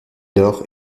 lors